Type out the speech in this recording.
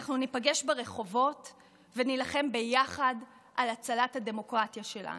אנחנו ניפגש ברחובות ונילחם ביחד על הצלת הדמוקרטיה שלנו.